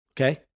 Okay